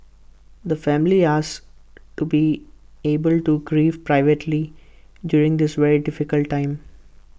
the family asks to be able to grieve privately during this very difficult time